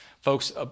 Folks